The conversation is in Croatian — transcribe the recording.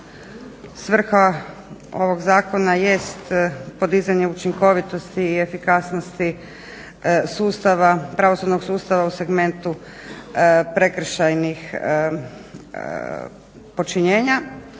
svrha ovog zakona jest podizanje učinkovitosti i efikasnosti pravosudnog sustava u segmentu prekršajnih počinjenja